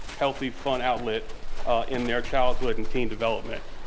healthy, fun outlet in their childhood and teen development.